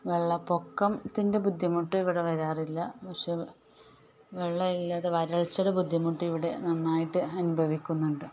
വെള്ളപൊക്കത്തിന്റെ ബുദ്ധിമുട്ട് ഇവിടെ വരാറില്ല പക്ഷേ വെള്ളം ഇല്ലതെ വരൾച്ചയുടെ ബുദ്ധിമുട്ട് ഇവിടെ നന്നായിട്ട് അനുഭവിക്കുന്നുണ്ട്